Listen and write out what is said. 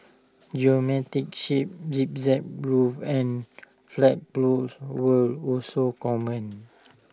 shapes zigzag and flagpoles were also common